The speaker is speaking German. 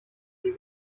die